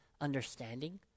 understanding